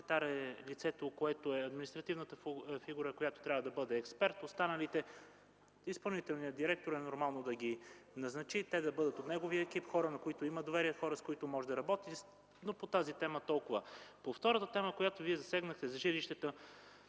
главният секретар е административната фигура, която трябва да бъде експерт, а останалите е нормално изпълнителният директор да ги назначи, те да бъдат от неговия екип – хора, на които има доверие, хора, с които може да работи. По тази тема толкова. По втората тема, която засегнахте – за жилищата,